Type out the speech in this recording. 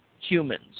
humans